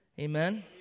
Amen